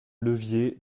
levier